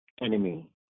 enemy